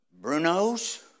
Bruno's